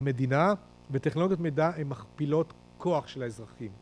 מדינה וטכנולוגיות מידע הם מכפילות כוח של האזרחים